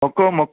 हुकुम